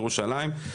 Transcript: ירושלים,